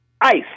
ice